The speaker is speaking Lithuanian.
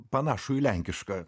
panašų į lenkišką